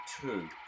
two